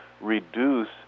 reduce